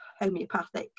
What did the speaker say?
homeopathic